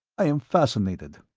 i am fascinated.